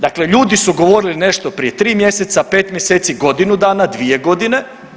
Dakle, ljudi su govorili nešto prije tri mjeseca, pet mjeseci, godinu dana, dvije godine.